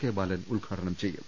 K Balan ഉദ്ഘാടനം ചെയ്യും